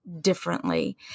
differently